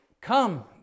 come